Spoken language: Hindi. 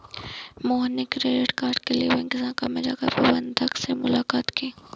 मोहन ने क्रेडिट कार्ड के लिए बैंक शाखा में जाकर प्रबंधक से मुलाक़ात की